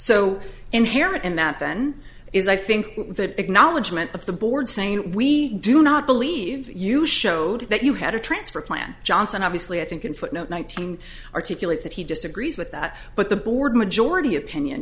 so inherent in that then is i think that acknowledgement of the board saying we do not believe you showed that you had a transfer plan johnson obviously i think in footnote nineteen articulate that he disagrees with that but the board majority opinion